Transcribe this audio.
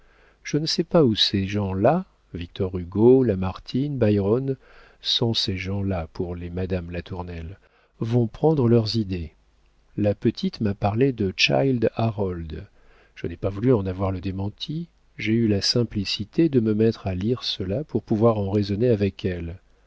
je ne sais pas où ces gens-là victor hugo lamartine byron sont ces gens-là pour les madame latournelle vont prendre leurs idées la petite m'a parlé de child harold je n'ai pas voulu en avoir le démenti j'ai eu la simplicité de me mettre à lire cela pour pouvoir en raisonner avec elle